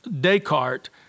Descartes